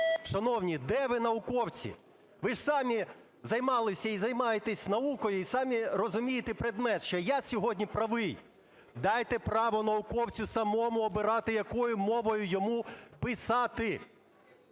Шановні, де ви, науковці? Ви ж самі займалися і займаєтесь наукою, і самі розумієте предмет, що я сьогодні правий. Дайте право науковцю самому обирати, якою мовою йому писати,